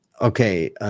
okay